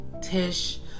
tish